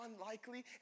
unlikely